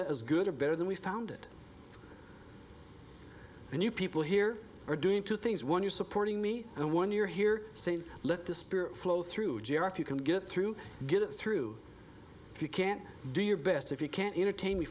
as good or better than we found it and you people here are doing two things one you're supporting me and one you're here saying let the spirit flow through you can get through get it through if you can't do your best if you can't entertain me